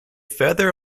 further